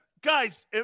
guys